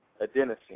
adenosine